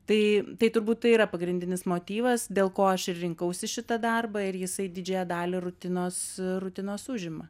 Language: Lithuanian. tai tai turbūt yra pagrindinis motyvas dėl ko aš rinkausi šitą darbą ir jisai didžiąją dalį rutinos rutinos užima